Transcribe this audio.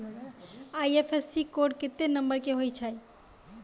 IFSC code केत्ते number के होय छै